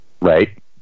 Right